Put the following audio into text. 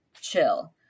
chill